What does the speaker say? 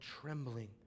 trembling